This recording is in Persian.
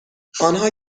آنها